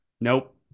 Nope